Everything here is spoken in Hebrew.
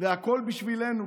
והכול בשבילנו,